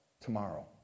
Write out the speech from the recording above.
tomorrow